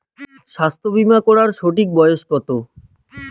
স্বাস্থ্য বীমা করার সঠিক বয়স কত?